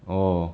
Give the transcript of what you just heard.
orh